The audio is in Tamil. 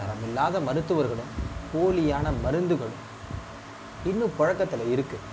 அது இல்லாது மருத்துவர்களும் போலியான மருந்துகளும் இன்னும் புழக்கத்துல இருக்கு